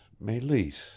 Melis